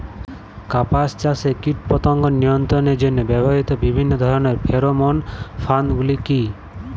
কাপাস চাষে কীটপতঙ্গ নিয়ন্ত্রণের জন্য ব্যবহৃত বিভিন্ন ধরণের ফেরোমোন ফাঁদ গুলি কী?